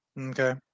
Okay